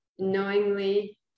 knowingly